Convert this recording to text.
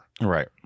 right